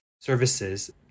services